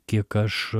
kiek aš